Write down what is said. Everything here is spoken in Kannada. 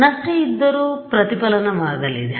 ನಷ್ಟ ಇದ್ದರೂ ಪ್ರತಿಫಲನವಾಗಲಿದೆ